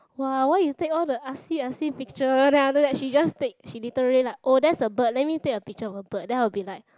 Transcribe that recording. !wah! why you take all the artsy artsy picture one then after that she just take she literally like oh that's a bird let me take a picture of a bird then I'll be like